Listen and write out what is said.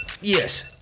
yes